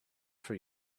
for